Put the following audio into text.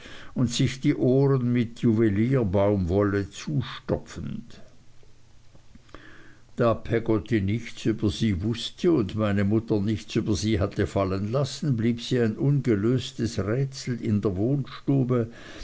und sich die ohren mit juwelierbaumwolle zustopfend da peggotty nichts über sie wußte und meine mutter nichts über sie hatte fallen lassen blieb sie ein ungelöstes rätsel in der wohnstube